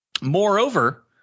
Moreover